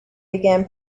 began